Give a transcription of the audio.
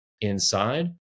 inside